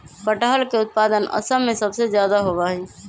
कटहल के उत्पादन असम में सबसे ज्यादा होबा हई